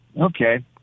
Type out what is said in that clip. Okay